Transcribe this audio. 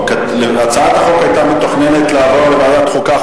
הצעת החוק היתה מתוכננת לעבור לוועדת חוקה,